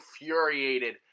infuriated